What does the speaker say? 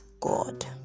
God